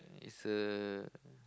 it's a